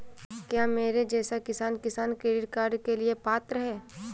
क्या मेरे जैसा किसान किसान क्रेडिट कार्ड के लिए पात्र है?